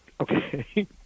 Okay